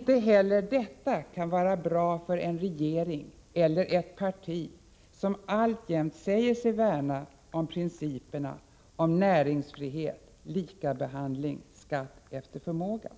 Inte heller detta kan vara bra för en regering eller ett parti som alltjämt säger sig värna principerna om näringsfrihet, likabehandling och skatt efter förmåga.